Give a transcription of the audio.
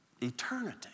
eternity